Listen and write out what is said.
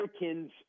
Americans